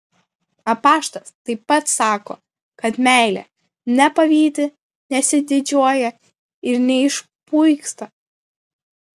apaštalas taip pat sako kad meilė nepavydi nesididžiuoja ir neišpuiksta